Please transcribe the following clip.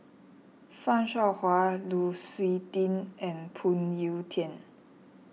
Fan Shao Hua Lu Suitin and Phoon Yew Tien